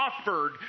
offered